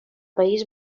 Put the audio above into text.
país